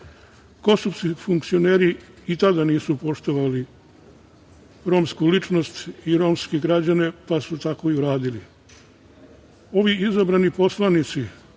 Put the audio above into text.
funkcioneri ni tada nisu poštovali romsku ličnost i romske građane, pa su tako i uradili. Ovi izabrani poslanici